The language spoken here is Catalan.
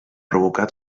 provocar